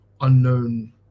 unknown